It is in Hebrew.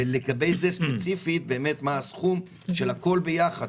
ולגבי זה ספציפית באמת מה הסכום של הכול ביחד,